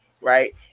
right